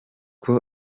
com